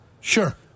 Sure